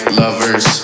lovers